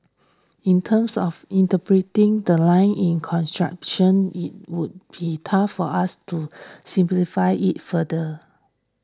in terms of interpreting that line in the Constitution it would be tough for us to simplify it further